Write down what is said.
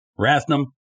Rathnam